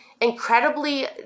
incredibly